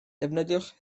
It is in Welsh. defnyddiwch